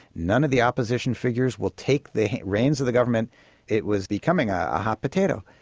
none of the opposition figures will take the reins of the government it was becoming a hot potato.